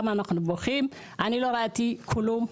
אני לא ראיתי כלום.